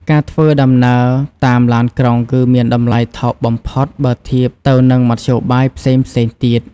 ការធ្វើដំណើរតាមឡានក្រុងគឺមានតម្លៃថោកបំផុតបើធៀបទៅនឹងមធ្យោបាយផ្សេងៗទៀត។